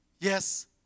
Yes